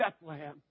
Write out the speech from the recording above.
Bethlehem